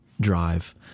drive